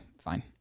fine